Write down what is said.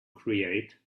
create